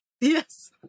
Yes